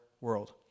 world